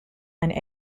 and